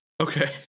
Okay